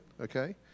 Okay